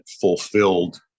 fulfilled